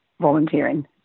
volunteering